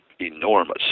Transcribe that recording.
enormous